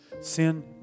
Sin